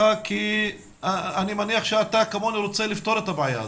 כי אני מניח שאתה כמונו רוצה לפתור את הבעיה הזאת.